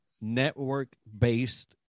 network-based